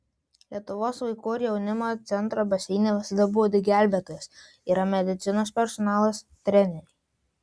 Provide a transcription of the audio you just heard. lietuvos vaikų ir jaunimo centro baseine visada budi gelbėtojas yra medicinos personalas treneriai